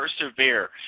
persevere